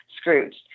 Scrooge